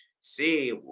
see